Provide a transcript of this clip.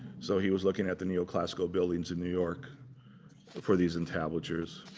so he was looking at the neoclassical buildings in new york for these entablatures.